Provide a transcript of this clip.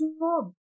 job